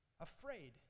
afraid